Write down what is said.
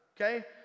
okay